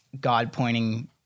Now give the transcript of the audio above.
God-pointing